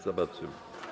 Zobaczymy.